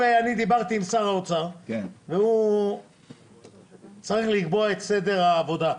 דיברתי עם שר האוצר והוא צריך לקבוע את סדר העבודה.